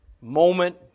Moment